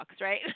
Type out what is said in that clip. right